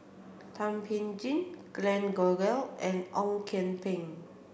Thum Ping Tjin Glen Goei and Ong Kian Peng